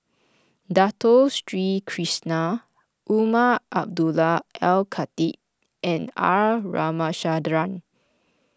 Dato Sri Krishna Umar Abdullah Al Khatib and R Ramachandran